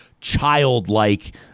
childlike